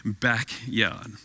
backyard